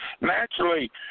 naturally